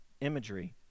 imagery